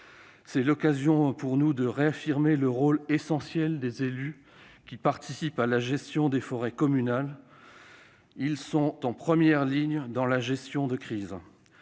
C'est l'occasion pour nous de réaffirmer le rôle essentiel des élus qui participent à la gestion des forêts communales et sont en première ligne dans la gestion de crise.